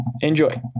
Enjoy